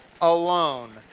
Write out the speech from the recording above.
alone